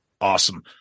awesome